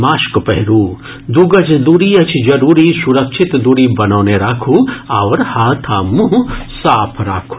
mask पहिरू दू गज दूरी अछि जरूरी सुरक्षित दूरी बनौने राखू आओर हाथ आ मुंह साफ राखू